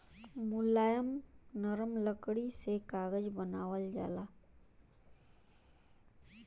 मुलायम नरम लकड़ी से कागज बनावल जाला